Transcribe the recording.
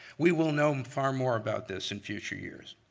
we will know far more about this in future years.